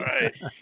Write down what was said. right